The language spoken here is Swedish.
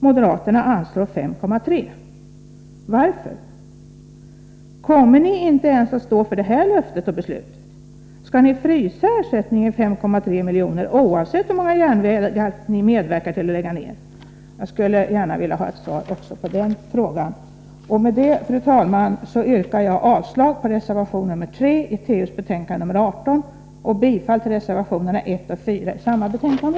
Moderaterna anslår 5,3 miljoner. Varför? Kommer ni inte ens att stå för det löftet och beslutet? Skall ni frysa ersättningen vid 5,3 miljoner, oavsett hur många järnvägar ni medverkar till att lägga ner? Jag skulle gärna vilja ha ett svar också på den frågan. Med det, fru talman, yrkar jag avslag på reservation 3 vid trafikutskottets betänkande nr 18 och bifall till reservationerna 1 och 4 i samma betänkande.